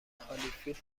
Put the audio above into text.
هالیفیلد